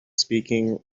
speaking